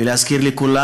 ולהזכיר לכולם: